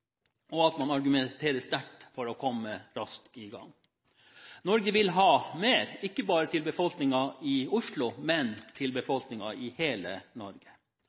og at man argumenterer sterkt for å komme raskt i gang, Norge vil ha mer, ikke bare til befolkningen i Oslo, men til befolkningen i hele Norge.